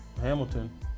Hamilton